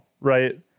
right